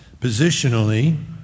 Positionally